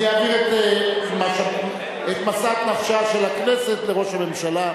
אני אעביר את משאת נפשה של הכנסת לראש הממשלה,